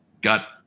got